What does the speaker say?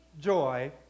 joy